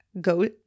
go